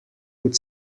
would